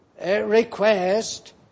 request